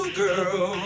girl